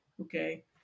Okay